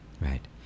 Right